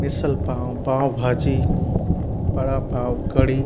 मिसलपाव पवभाजी बड़ापाव कड़ी